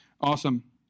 Awesome